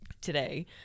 today